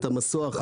את המסוע החדש.